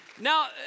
Now